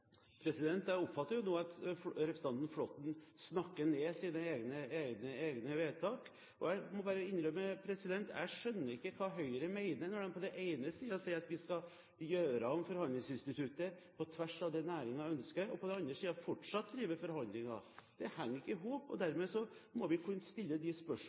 Jeg oppfatter at representanten Flåtten snakker ned sine egne vedtak, og jeg må bare innrømme at jeg ikke skjønner hva Høyre mener når de på den ene siden sier at vi skal gjøre om forhandlingsinstituttet på tvers av det næringen ønsker, og på den andre siden fortsatt drive forhandlinger. Det henger ikke i hop, og dermed må vi kunne stille de